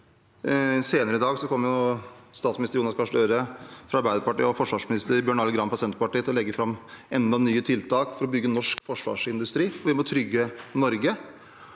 Senere i dag kommer statsminister Jonas Gahr Støre fra Arbeiderpartiet og forsvarsminister Bjørn Arild Gram fra Senterpartiet til å legge fram enda flere nye tiltak for å bygge norsk forsvarsindustri, for vi må trygge Norge.